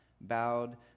bowed